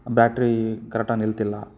battery ಕರೆಕ್ಟಾಗಿ ನಿಲ್ತಿಲ್ಲ